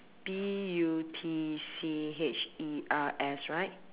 B U T C H E R S right